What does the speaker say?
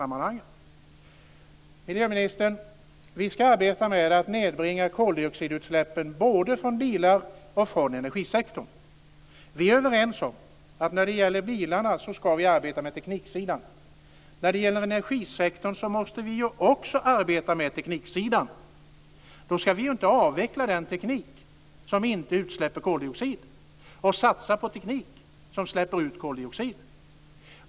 Miljöministern, vi ska arbeta med att nedbringa koldioxidutsläppen både från bilar och från energisektorn. Vi är överens om att när det gäller bilarna ska vi arbeta med tekniksidan. Också när det gäller energisektorn måste vi arbeta med tekniksidan. Då ska vi ju inte avveckla den teknik som inte utsläpper koldioxid och satsa på teknik som släpper ut koldioxid.